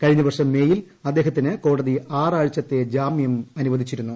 കഴിഞ്ഞ വർഷം മെയിൽ അദ്ദേഹത്തിന് കോടതി ആറ് ആഴ്ചത്തെ ജാമ്യം അനുവദിച്ചിരുന്നു